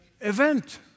event